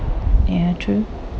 ya true